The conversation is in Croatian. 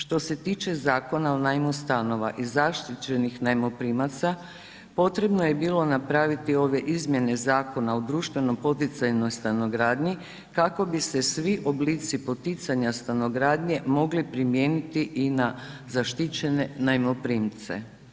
Što se tiče Zakona o najmu stanova i zaštićenih najmoprimaca, potrebno je bilo napraviti ove izmjene Zakona o društvenoj poticajnoj stanogradnji kako bi se svi oblici poticanja stanogradnje mogli primijeniti i na zaštićene najmoprimce.